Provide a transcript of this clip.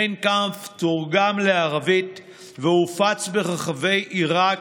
מיין קאמפף תורגם לערבית והופץ ברחבי עיראק,